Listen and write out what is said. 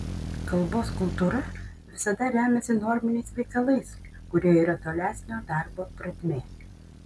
kalbos kultūra visada remiasi norminiais veikalais kurie yra tolesnio darbo pradmė